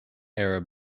error